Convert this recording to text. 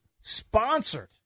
sponsored